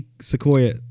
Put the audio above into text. Sequoia